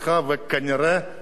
כמו שאני מבין,